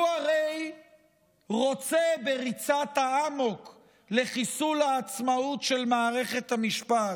הוא הרי רוצה בריצת האמוק לחיסול העצמאות של מערכת המשפט.